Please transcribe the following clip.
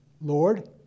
Lord